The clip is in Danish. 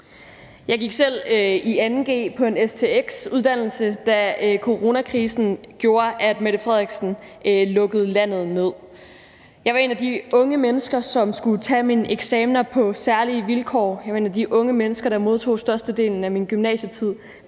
Jeg gik selv i 2. g på en stx-uddannelse, da coronakrisen gjorde, at statsministeren lukkede landet ned. Jeg var et af de unge mennesker, som skulle tage sine eksamener på særlige vilkår; jeg var et af de unge mennesker, der modtog størstedelen af sin gymnasielærdom